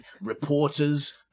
reporters